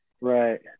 right